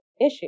issue